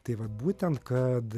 tai va būtent kad